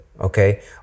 okay